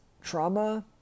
trauma